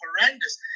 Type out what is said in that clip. Horrendous